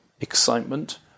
excitement